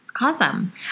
Awesome